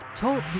talk